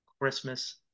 christmas